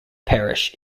parish